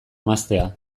emaztea